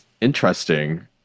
Interesting